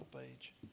page